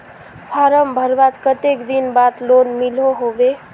Form भरवार कते दिन बाद लोन मिलोहो होबे?